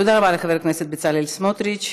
תודה רבה לחבר הכנסת בצלאל סמוטריץ.